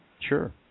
Sure